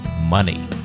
money